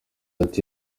ati